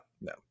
no